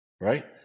right